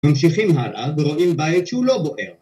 ‫ממשיכים הלאה ורואים בית שהוא לא בוער.